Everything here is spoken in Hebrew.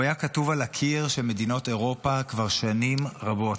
הוא היה כתוב על הקיר של מדינות אירופה כבר שנים רבות.